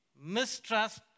Mistrust